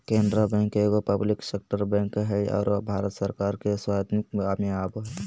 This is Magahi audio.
केनरा बैंक एगो पब्लिक सेक्टर बैंक हइ आरो भारत सरकार के स्वामित्व में आवो हइ